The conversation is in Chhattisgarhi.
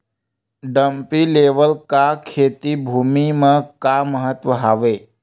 डंपी लेवल का खेती भुमि म का महत्व हावे?